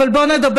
אבל בוא נדבר,